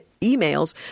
emails